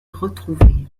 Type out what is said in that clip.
retrouvées